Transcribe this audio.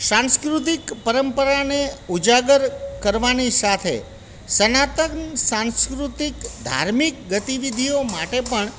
સાંસ્કૃતિક પરંપરાને ઉજાગર કરવાની સાથે સનાતન સાંસ્કૃતિક ધાર્મિક ગતિ વિધિઓ માટે પણ